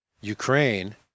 Ukraine